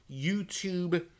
YouTube